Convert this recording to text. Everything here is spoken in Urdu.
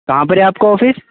کہاں پر ہے آپ کا آفس